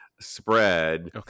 spread